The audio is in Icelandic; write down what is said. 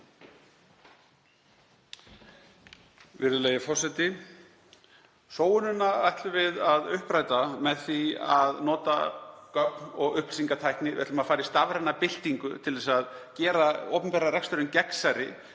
Virðulegi forseti. Sóunina ætlum við að uppræta með því að nota gögn og upplýsingatækni. Við ætlum að fara í stafræna byltingu til að gera opinbera reksturinn gegnsærri.